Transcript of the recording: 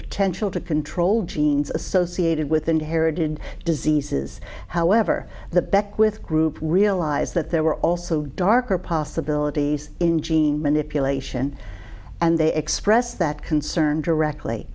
potential to control genes associated with inherited diseases however the beckwith group realized that there were also darker possibilities in gene manipulation and they expressed that concern directly